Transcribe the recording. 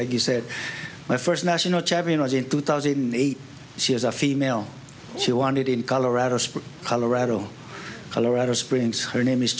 like you said my first national champion was in two thousand and eight she was a female she wanted in colorado springs colorado colorado springs her name is